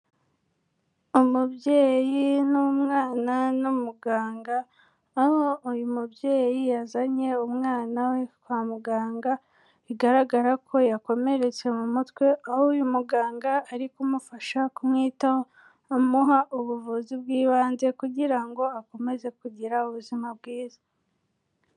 Umubyeyi n'umwana n'umuganga, aho uyu mubyeyi yazanye umwana we kwa muganga, bigaragara ko yakomeretse mu mutwe, aho uyu muganga ari kumufasha kumwitaho, amuha ubuvuzi bw'ibanze kugira ngo akomeze kugira ubuzima bwiza.